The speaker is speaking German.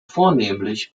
vornehmlich